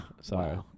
Sorry